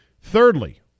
thirdly